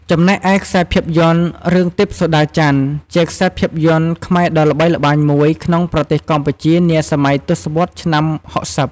ចំណែកឯ ខ្សែភាពយន្ត រឿងទិព្វសូដាចន្ទ័ ជាខ្សែភាពយន្តខ្មែរដ៏ល្បីល្បាញមួយក្នុងប្រទេសកម្ពុជានាសម័យទសវត្សឆ្នាំ៦០។